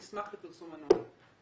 נשמח לפרסום הנוהל.